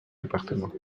département